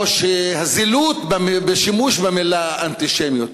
או הזילות בשימוש במילה "אנטישמיות".